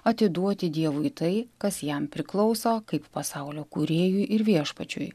atiduoti dievui tai kas jam priklauso kaip pasaulio kūrėjui ir viešpačiui